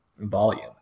volume